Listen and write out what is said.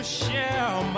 share